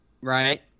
right